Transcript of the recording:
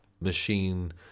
machine